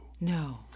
No